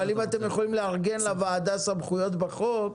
אבל אם אתם יכולים לארגן לוועדה סמכויות בחוק,